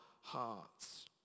hearts